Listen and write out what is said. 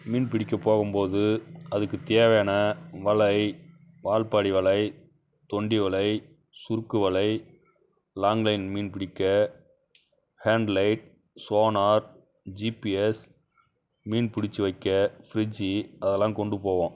மீன் பிடிக்கப் போகும்போது அதுக்குத் தேவையான வலை வால்பாடி வலை தொண்டி வலை சுருக்கு வலை லாங் லயன் மீன் பிடிக்க ஹேண்ட் லைட் சோனார் ஜிபிஎஸ் மீன் பிடுச்சி வைக்க ஃப்ரிட்ஜி அதெலாம் கொண்டு போவோம்